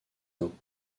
dents